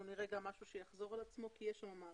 אנחנו נראה גם משהו שיחזור על עצמו כי יש לנו מערכת